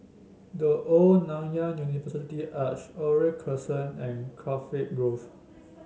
The Old Nanyang University Arch Oriole Crescent and Cardiff Grove